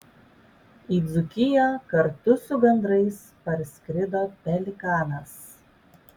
į dzūkiją kartu su gandrais parskrido pelikanas